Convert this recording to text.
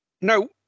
No